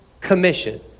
Commission